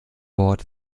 wort